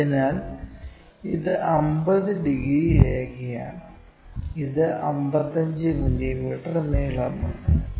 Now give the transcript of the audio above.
അതിനാൽ ഇത് 50 ഡിഗ്രി രേഖയാണ് ഇത് 55 മില്ലീമീറ്റർ നീളമുണ്ട്